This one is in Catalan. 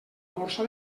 borsa